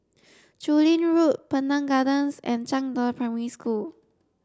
Chu Lin Road Pandan Gardens and Zhangde Primary School